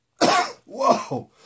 Whoa